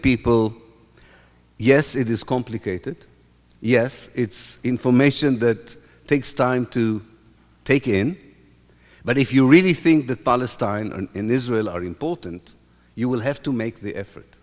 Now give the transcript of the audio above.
people yes it is complicated yes it's information that takes time to take in but if you really think that palestine in this will are important you will have to make the effort